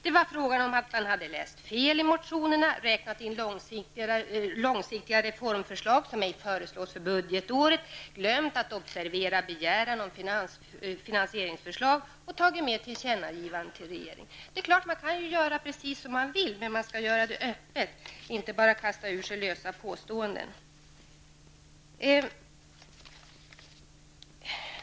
Det var fråga om att man hade läst fel i motionerna, räknat in långsiktiga reformförslag som ej föreslås för det aktuella budgetåret, glömt att observera begäran om finansieringsförslag och tagit med tillkännagivande till regeringen. Man kan göra precis som man vill, men man skall göra det öppet, inte bara kasta ur sig lösa påståenden.